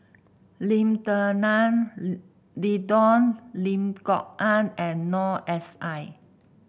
Lim Denan Denon Lim Kok Ann and Noor S I